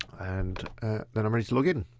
and then i'm ready to log in.